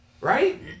Right